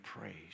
praise